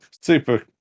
Super